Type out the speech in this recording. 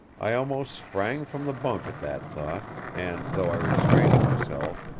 i almost sprang from the bunk at that thought and, though i restrained myself,